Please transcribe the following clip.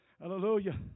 Hallelujah